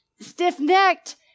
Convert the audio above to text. Stiff-necked